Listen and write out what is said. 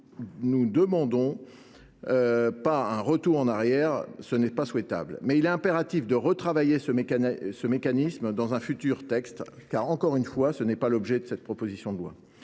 pour autant un retour en arrière. Ce n’est pas souhaitable ! Pour autant, il est impératif de retravailler ce mécanisme dans un futur texte. Encore une fois, ce n’est pas l’objet de cette proposition de loi.